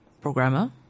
programmer